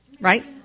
right